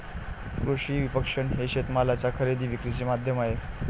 कृषी विपणन हे शेतमालाच्या खरेदी विक्रीचे माध्यम आहे